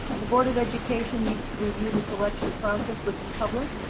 the board of education needs to review the selection process with the public,